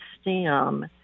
stem